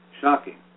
Shocking